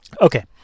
okay